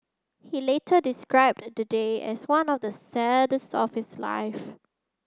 he later described the day as one of the saddest of his life